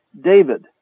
David